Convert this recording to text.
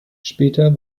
später